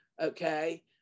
Okay